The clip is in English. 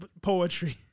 poetry